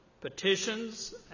petitions